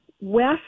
west